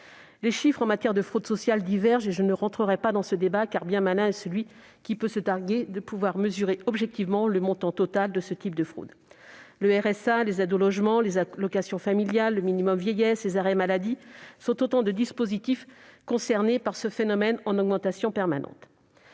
Les chiffres en matière de fraudes sociales divergent, mais je n'entrerai pas dans ce débat, car bien malin est celui qui peut se targuer de mesurer objectivement le montant total de ce type de fraudes. Le RSA, les aides au logement, les allocations familiales, le minimum vieillesse, les arrêts maladie sont autant de dispositifs concernés par ce phénomène en augmentation permanente.